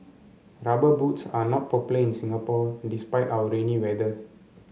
rubber boots are not popular in Singapore despite our rainy weather